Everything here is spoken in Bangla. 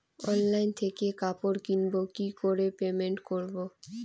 অনলাইন থেকে কাপড় কিনবো কি করে পেমেন্ট করবো?